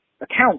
account